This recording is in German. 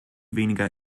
weniger